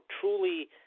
truly